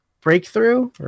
Breakthrough